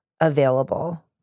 available